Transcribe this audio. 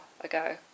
ago